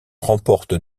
remporte